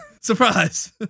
Surprise